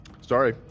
Sorry